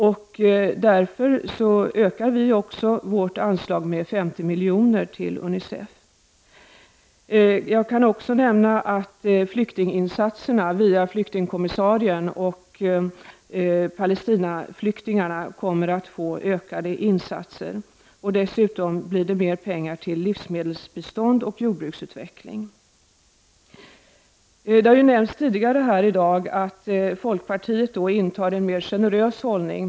Därför ökar vi också anslaget till UNICEF med 50 milj.kr.. Jag kan också nämna att flyktinginsatserna via flyktingkommissarien och de palestinska flyktingarna kommer att ges ökat stöd. Dessutom blir det mer pengar till livsmedelsbistånd och jordbruksutveckling. Det har tidigare nämnts här i dag att folkpartiet intar en mer generös hållning.